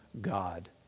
God